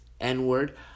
N-word